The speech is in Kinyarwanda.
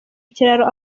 kiraro